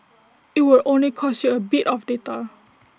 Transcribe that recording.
IT would only cost you A bit of data